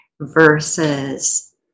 versus